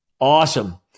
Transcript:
Awesome